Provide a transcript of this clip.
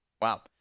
Wow